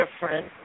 different